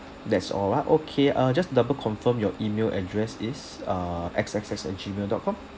that's all ah okay uh just to double confirm your email address is uh X X X at gmail dot com